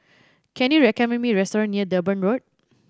can you recommend me a restaurant near Durban Road